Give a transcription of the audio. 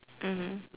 mmhmm